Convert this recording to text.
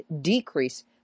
decrease